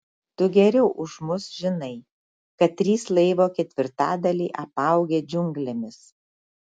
tu geriau už mus žinai kad trys laivo ketvirtadaliai apaugę džiunglėmis